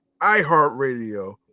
iHeartRadio